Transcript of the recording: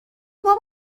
بابا